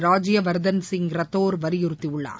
ராஜ்யவர்தன் சிங் ரத்தோர் வலியுறுத்தியுள்ளார்